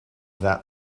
that